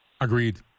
Agreed